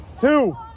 Two